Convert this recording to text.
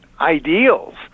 ideals